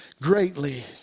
greatly